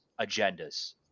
agendas